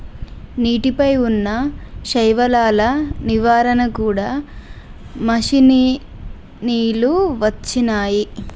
నీటి పై వున్నా శైవలాల నివారణ కూడా మషిణీలు వచ్చినాయి